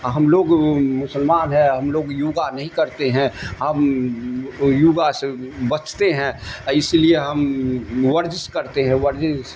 ہم لوگ مسلمان ہے ہم لوگ یوگا نہیں کرتے ہیں ہم یوگا سے بچتے ہیں اسی لیے ہم ورزش کرتے ہیں ورزش